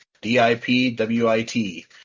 D-I-P-W-I-T